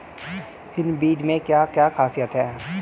इन बीज में क्या क्या ख़ासियत है?